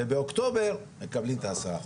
ובאוקטובר מקבלים עוד עשרה אחוז.